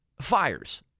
fires